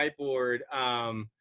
whiteboard